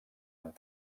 amb